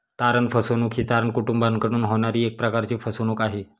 तारण फसवणूक ही तारण कुटूंबाकडून होणारी एक प्रकारची फसवणूक आहे